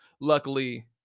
luckily